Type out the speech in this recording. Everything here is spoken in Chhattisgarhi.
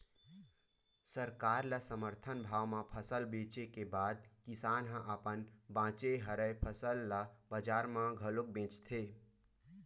सरकार ल समरथन भाव म फसल बेचे के बाद किसान ह अपन बाचे हरय फसल ल बजार म घलोक बेचथे